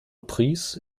prince